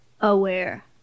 aware